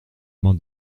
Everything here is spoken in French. main